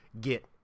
get